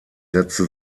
setzte